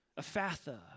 Ephatha